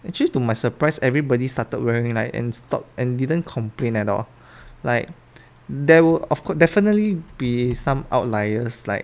actually to my surprise everybody started wearing like and stopped and didn't complain at all like there were of cour~ definitely be some outliers like